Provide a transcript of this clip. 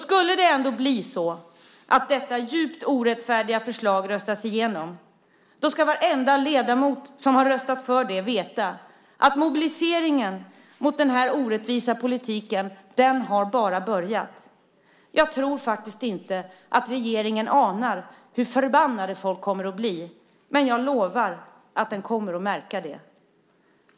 Skulle det ändå bli så att detta djupt orättfärdiga förslag röstas igenom ska varenda ledamot som har röstat för det veta att mobiliseringen mot den här orättvisa politiken bara har börjat. Jag tror inte att regeringen anar hur förbannade folk kommer att bli, men jag lovar att den kommer att märka det.